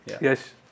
Yes